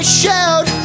shout